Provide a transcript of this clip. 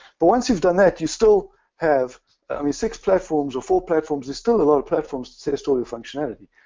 but once you've done that you still have, i mean six platforms or four platforms, there's still a lot of platforms to test all your functionality.